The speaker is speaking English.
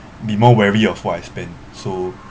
be more wary of what I spend so